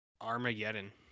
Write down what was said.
Armageddon